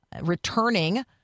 returning